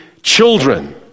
Children